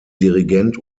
dirigent